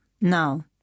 Now